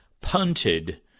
punted